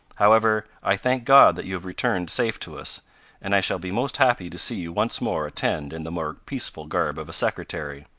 however, i thank god that you have returned safe to us and i shall be most happy to see you once more attend in the more peaceful garb of a secretary.